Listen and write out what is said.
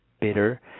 bitter